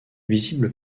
visible